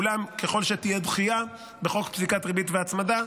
ואולם, ככל שתהיה דחייה בחוק פסיקת ריבית והצמדה,